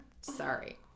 Sorry